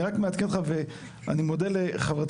אני רק מעדכן אותך ואני מודה לחברתי,